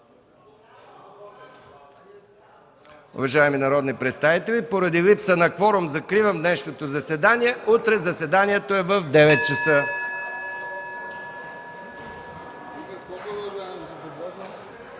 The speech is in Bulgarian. Уважаеми народни представители, поради липса на кворум закривам днешното заседание. Утре заседанието е от 9,00 ч.